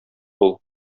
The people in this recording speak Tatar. бул